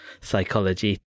psychology